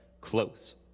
close